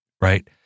right